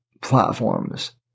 platforms